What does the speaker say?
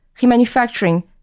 remanufacturing